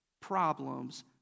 problems